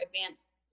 advanced